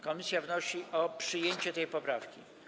Komisja wnosi o przyjęcie tej poprawki.